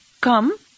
come